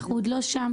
אנחנו עוד לא שם.